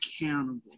accountable